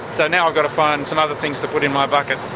so now i've got to find some other things to put in my bucket.